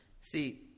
See